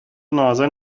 نازل